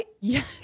yes